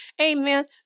Amen